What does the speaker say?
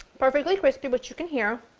perfectly crispy but you can hear.